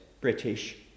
British